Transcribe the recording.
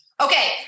Okay